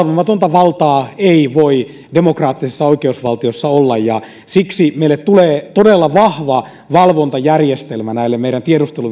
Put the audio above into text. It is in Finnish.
valtaa ei voi demokraattisessa oikeusvaltiossa olla ja siksi meille tulee todella vahva valvontajärjestelmä meidän tiedusteluviranomaisten